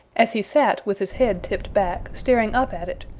as he sat with his head tipped back, staring up at it,